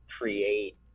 create